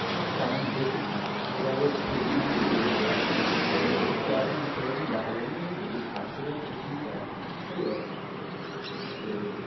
না তেমন দেখেছি এর আগের ট্রেকিংয়ে যে গিয়েছিলাম তো সেরকম সেরকম দেখা যায়নি কিন্তু এই এই ঘাটশিলার ট্রেকিংটা সেই রকম ছিল তো